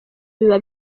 biba